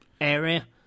area